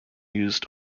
used